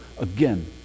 again